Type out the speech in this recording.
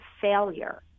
failure